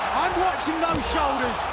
watching those shoulders,